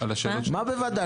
מה "בוודאי"?